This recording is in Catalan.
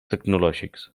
tecnològics